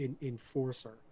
enforcer